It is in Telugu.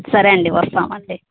సరే అండి వస్తామండి